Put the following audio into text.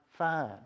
fine